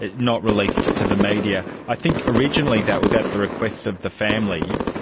ah not released to the media. i think originally that was at the request of the family,